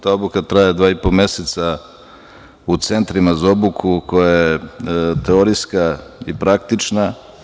Ta obuka traje 2,5 meseca u centrima za obuku koja je teorijska i praktična.